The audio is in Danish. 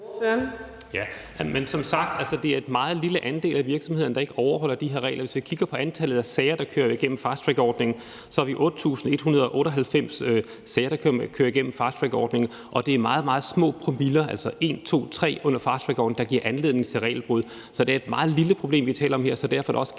(M): Som sagt er det en meget lille andel af virksomhederne, der ikke overholder de her regler. Hvis vi kigger på antallet af sager, der kører igennem fasttrackordningen, er der 8.198 sager, der kører gennem fasttrackordningen. Det er meget, meget små promiller, altså 1, 2, 3 promilleunder fasttrackordningen, der bryder reglerne. Så det er et meget lille problem, vi taler om her, så derfor er det også generelt en